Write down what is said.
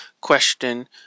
question